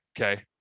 okay